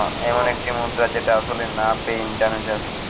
এমন একটি মুদ্রা যেটা আসলে না পেয়ে ইন্টারনেটে আসে